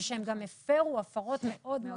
ושהם גם הפרו הפרות מאוד מאוד גדולות.